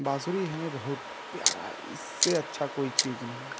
बांसुरी हमें बहुत प्यारी है इससे अच्छी कोई चीज़ नहीं